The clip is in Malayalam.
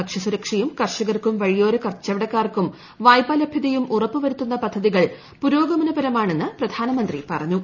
ഭക്ഷ്യസുരക്ഷയും കർഷകർക്കും വഴിയോരക്കച്ചവടക്കാർക്കും വായ്പാലഭ്യതയും ഉറപ്പുവരുത്തുന്ന പദ്ധതികൾ പുരോഗമനപരമാണെന്ന് പ്രധാനമന്ത്രി പറഞ്ഞു